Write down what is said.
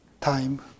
Time